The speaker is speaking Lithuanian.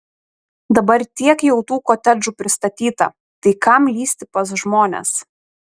dabar tiek jau tų kotedžų pristatyta tai kam lįsti pas žmones